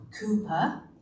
Cooper